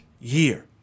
year